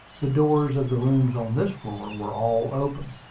the doors of the rooms on this floor were all open,